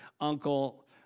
uncle